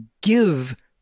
give